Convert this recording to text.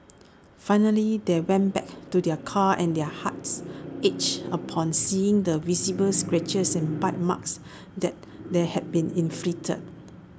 finally they went back to their car and their hearts ached upon seeing the visible scratches and bite marks that they had been inflicted